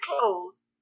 clothes